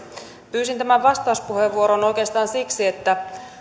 pyysin tämän vastauspuheenvuoron oikeastaan siksi että